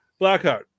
Blackheart